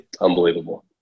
Unbelievable